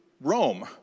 Rome